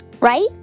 right